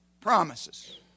promises